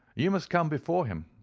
you must come before him.